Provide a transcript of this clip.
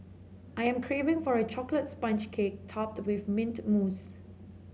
I am craving for a chocolate sponge cake topped with mint mousse